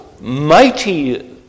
mighty